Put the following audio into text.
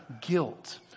guilt